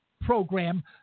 program